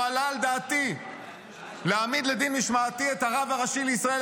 לא עלה על דעתי להעמיד לדין משמעתי את הרב הראשי לישראל,